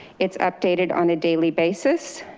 it's updated on a daily basis.